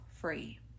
free